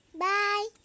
Bye